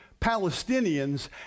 Palestinians